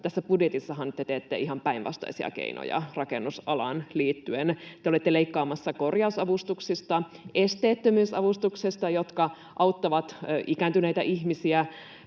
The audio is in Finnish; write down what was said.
tässä budjetissahan te teette ihan päinvastaisia keinoja rakennusalaan liittyen. Te olette leikkaamassa korjausavustuksista, esteettömyysavustuksesta, joka auttaa ikääntyneitä ihmisiä,